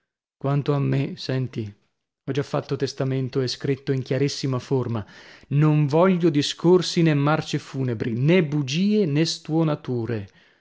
quanto a me senti ho già fatto testamento e scritto in chiarissima forma non voglio discorsi nè marce funebri nè bugie nè stuonature